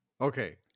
Okay